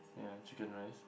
yeah chicken rice